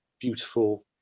beautiful